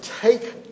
take